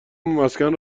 مسکن